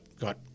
got